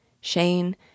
Shane